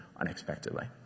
unexpectedly